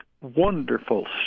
wonderful